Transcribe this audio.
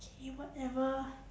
K whatever